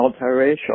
multiracial